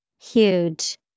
Huge